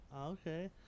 Okay